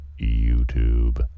YouTube